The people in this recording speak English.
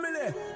family